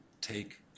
take